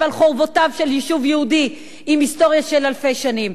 על חורבותיו של יישוב יהודי עם היסטוריה של אלפי שנים,